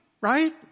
right